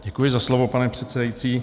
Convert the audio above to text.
Děkuji za slovo, pane předsedající.